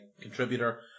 contributor